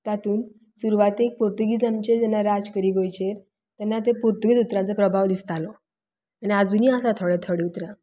तातूंत सुरवातेक पोर्तुगीज आमचेर जेन्ना राज्य करी गोंयचेर तेन्ना ते पोर्तुगीज उतरांचो प्रभाव दिसतालो आनी आजुनूय आसा थोडे थोडे उतरां